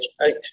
eight